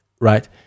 right